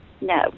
No